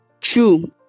True